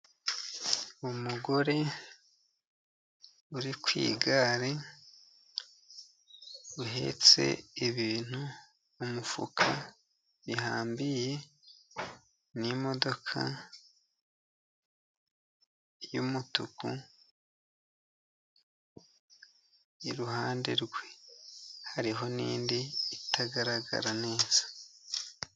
Umugore uri ku igare uhetse ibintu mu mufuka bihambiriye n'imodoka y'umutuku iruhande rwe hariho n'indi itagaragara neza.